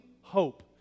hope